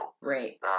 Right